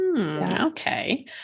okay